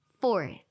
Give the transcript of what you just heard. Fourth